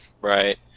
Right